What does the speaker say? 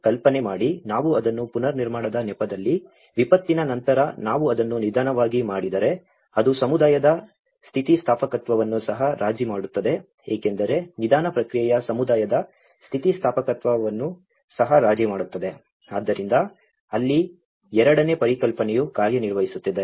ಕಲ್ಪನೆ ಮಾಡಿ ನಾವು ಅದನ್ನು ಪುನರ್ನಿರ್ಮಾಣದ ನೆಪದಲ್ಲಿ ವಿಪತ್ತಿನ ನಂತರ ನಾವು ಅದನ್ನು ನಿಧಾನವಾಗಿ ಮಾಡಿದರೆ ಅದು ಸಮುದಾಯದ ಸ್ಥಿತಿಸ್ಥಾಪಕತ್ವವನ್ನು ಸಹ ರಾಜಿ ಮಾಡುತ್ತದೆ ಏಕೆಂದರೆ ನಿಧಾನ ಪ್ರಕ್ರಿಯೆಯು ಸಮುದಾಯದ ಸ್ಥಿತಿಸ್ಥಾಪಕತ್ವವನ್ನು ಸಹ ರಾಜಿ ಮಾಡುತ್ತದೆ ಆದ್ದರಿಂದ ಅಲ್ಲಿ ಎರಡನೇ ಪರಿಕಲ್ಪನೆಯು ಕಾರ್ಯನಿರ್ವಹಿಸುತ್ತಿದೆ